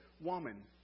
woman